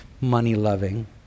money-loving